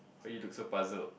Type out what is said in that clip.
why you look so puzzled